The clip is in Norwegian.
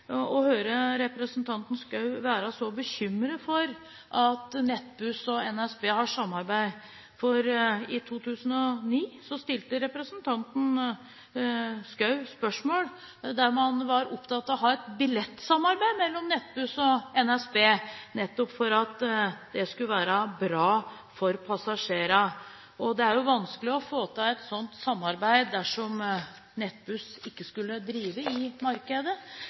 høre representanten Schou være så bekymret for at Nettbuss og NSB har samarbeid, for i 2009 stilte representanten spørsmål der hun var opptatt av å ha et billettsamarbeid mellom Nettbuss og NSB, nettopp fordi det skulle være bra for passasjerene. Det er jo vanskelig å få til et sånt samarbeid dersom Nettbuss ikke skulle drive i markedet.